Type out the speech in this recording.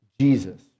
Jesus